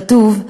כתוב: